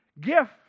gift